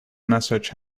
message